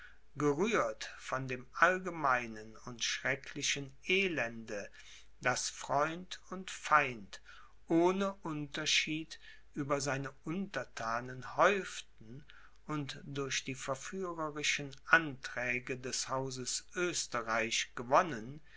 gerührt von dem allgemeinen und schrecklichen elende das freund und feind ohne unterschied über seine unterthanen häuften und durch die verführerischen anträge des hauses oesterreich gewonnen